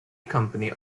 company